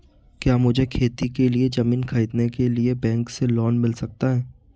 क्या मुझे खेती के लिए ज़मीन खरीदने के लिए बैंक से लोन मिल सकता है?